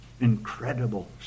incredible